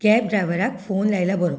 cab ड्राव्हराक phone लायल्यार बरो